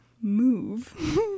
move